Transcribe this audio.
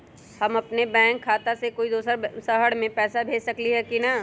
हम अपन बैंक खाता से कोई दोसर शहर में पैसा भेज सकली ह की न?